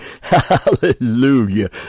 Hallelujah